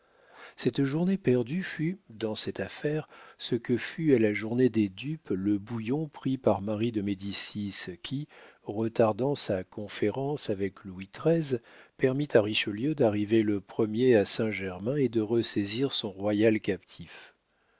cette journée perdue fut dans cette affaire ce que fut à la journée des dupes le bouillon pris par marie de médicis qui retardant sa conférence avec louis xiii permit à richelieu d'arriver le premier à saint-germain et de ressaisir son royal captif